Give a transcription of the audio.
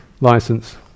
license